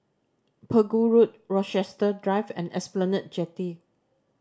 Pegu Road Rochester Drive and Esplanade Jetty